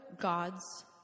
gods